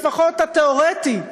לפחות התיאורטי,